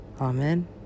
amen